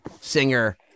singer